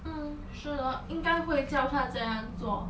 mm 是 lor 应该会叫她这样做